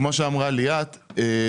כמו שאמרה ליאת,